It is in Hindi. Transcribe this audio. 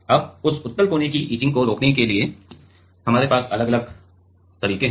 अब इस उत्तल कोने की इचिंग को रोकने के लिए अलग अलग तरीके हैं